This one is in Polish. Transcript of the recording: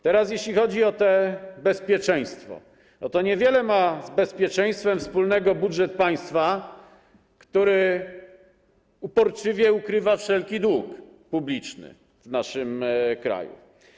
Teraz jeśli chodzi o bezpieczeństwo, to niewiele ma z bezpieczeństwem wspólnego budżet państwa, który uporczywie ukrywa wszelki dług publiczny w naszym kraju.